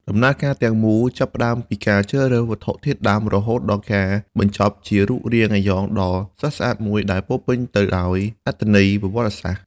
ដំណើរការទាំងមូលចាប់ផ្តើមពីការជ្រើសរើសវត្ថុធាតុដើមរហូតដល់ការបញ្ចប់ជារូបរាងអាយ៉ងដ៏ស្រស់ស្អាតមួយដែលពោរពេញទៅដោយអត្ថន័យប្រវត្តិសាស្ត្រ។